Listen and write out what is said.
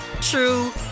true